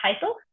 title